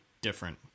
different